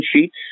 sheets